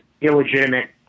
illegitimate